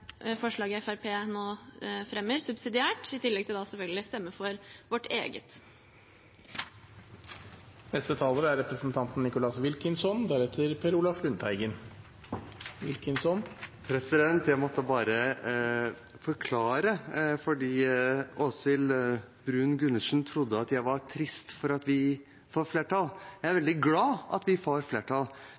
forslaget som Fremskrittspartiet nå fremmer, subsidiært, i tillegg til selvfølgelig å stemme for vårt eget. Jeg måtte bare forklare, for Åshild Bruun-Gundersen trodde jeg var trist for at vi får til et flertall. Jeg er veldig glad for at vi får til et flertall,